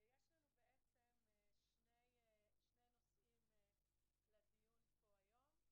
יש לנו שני נושאים לדיון היום.